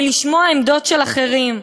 מלשמוע עמדות של אחרים?